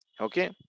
Okay